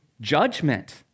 judgment